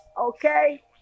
okay